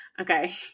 Okay